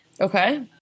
Okay